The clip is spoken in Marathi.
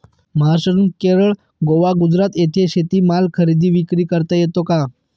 महाराष्ट्रातून केरळ, गोवा, गुजरात येथे शेतीमाल खरेदी विक्री करता येतो का?